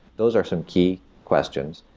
those are some key questions.